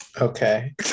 okay